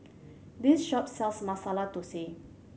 this shop sells Masala Thosai